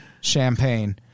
champagne